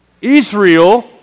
Israel